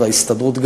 וגם ההסתדרות,